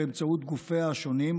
באמצעות גופיה השונים,